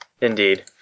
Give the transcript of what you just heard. Indeed